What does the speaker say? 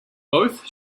both